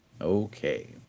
okay